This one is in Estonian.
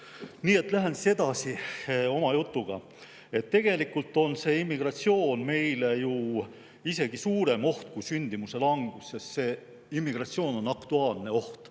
Nii et lähen oma jutuga edasi. Tegelikult on immigratsioon meile ju isegi suurem oht kui sündimuse langus, sest immigratsioon on aktuaalne oht.